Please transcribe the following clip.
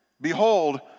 Behold